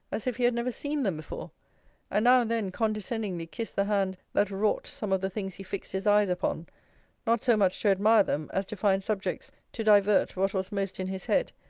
as if he had never seen them before and now-and then condescendingly kissed the hand that wrought some of the things he fixed his eyes upon not so much to admire them, as to find subjects to divert what was most in his head,